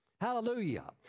Hallelujah